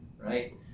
right